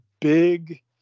big